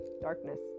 darkness